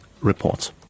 reports